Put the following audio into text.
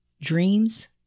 dreams